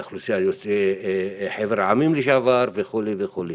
לאוכלוסיית חבר העמים לשעבר וכו' וכו'.